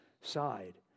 side